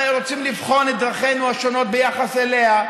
רוצים לבחון את דרכינו השונות ביחס אליה,